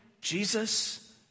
Jesus